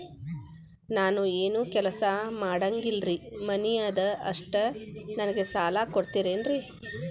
ನಾನು ಏನು ಕೆಲಸ ಮಾಡಂಗಿಲ್ರಿ ಮನಿ ಅದ ಅಷ್ಟ ನನಗೆ ಸಾಲ ಕೊಡ್ತಿರೇನ್ರಿ?